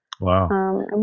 Wow